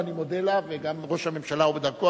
ואני מודה לה, וגם ראש הממשלה בדרכו.